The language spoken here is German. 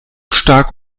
stark